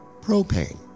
propane